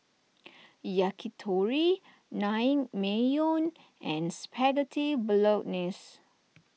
Yakitori Naengmyeon and Spaghetti Bolognese